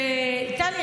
טלי,